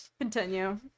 Continue